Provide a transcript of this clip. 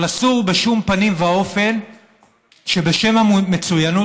אבל אסור בשום פנים ואופן שבשם המצוינות